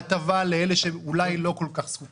את ההטבה לאלה שאולי לא כל כך זקוקים,